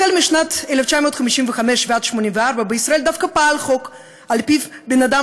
החל בשנת 1955 ועד 1984 דווקא פעל בישראל חוק שעל-פיו אדם